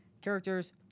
characters